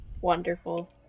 Wonderful